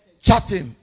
Chatting